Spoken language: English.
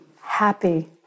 happy